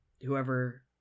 Whoever